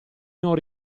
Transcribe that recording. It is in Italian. non